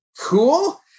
cool